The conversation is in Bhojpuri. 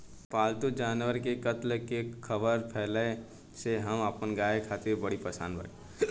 पाल्तु जानवर के कत्ल के ख़बर फैले से हम अपना गाय खातिर बड़ी परेशान बानी